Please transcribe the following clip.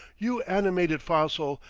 you animated fossil,